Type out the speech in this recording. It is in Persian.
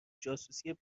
جاسوسی